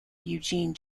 eugene